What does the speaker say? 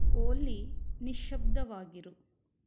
ಓಲೀ ನಿಶ್ಯಬ್ದವಾಗಿರು